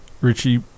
richie